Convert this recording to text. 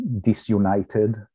disunited